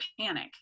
panic